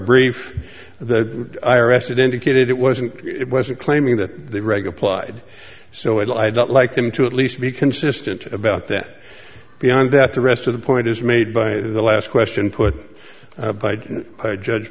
brief the i r s it indicated it wasn't it wasn't claiming that the reg applied so i don't like them to at least be consistent about that beyond that the rest of the point is made by the last question put by by judge